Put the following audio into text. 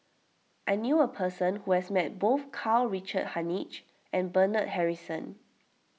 I knew a person who has met both Karl Richard Hanitsch and Bernard Harrison